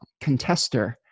contester